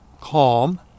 calm